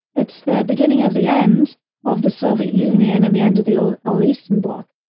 it's the beginning of the end of the soviet union and the end of the old old eastern bloc.